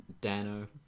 Dano